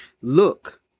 Look